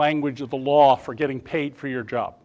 language of the law for getting paid for your job